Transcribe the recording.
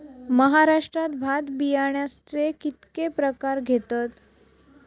महाराष्ट्रात भात बियाण्याचे कीतके प्रकार घेतत?